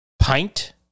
Pint